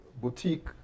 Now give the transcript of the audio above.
boutique